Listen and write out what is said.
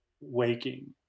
waking